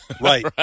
right